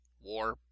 war